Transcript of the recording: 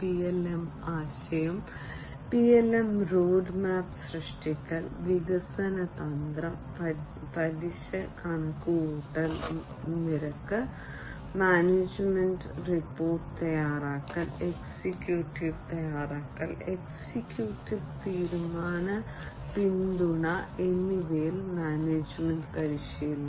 PLM ആശയം PLM roadmap സൃഷ്ടിക്കൽ വികസന തന്ത്രം പലിശ കണക്കുകൂട്ടൽ നിരക്ക് മാനേജ്മെന്റ് റിപ്പോർട്ട് തയ്യാറാക്കൽ എക്സിക്യൂട്ടീവ് തയ്യാറാക്കൽ എക്സിക്യൂട്ടീവ് തീരുമാന പിന്തുണ എന്നിവയിൽ മാനേജ്മെന്റ് പരിശീലനം